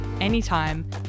anytime